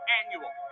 annual